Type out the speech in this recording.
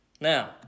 Now